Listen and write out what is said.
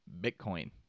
Bitcoin